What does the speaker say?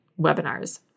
webinars